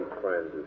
friends